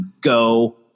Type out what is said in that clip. go